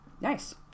Nice